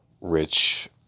rich